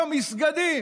במסגדים,